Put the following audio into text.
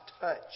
touch